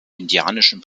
indianischen